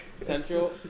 Central